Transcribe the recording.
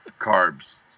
carbs